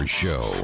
show